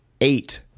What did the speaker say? eight